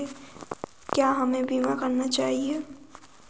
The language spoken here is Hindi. क्या हमें बीमा करना चाहिए?